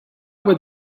would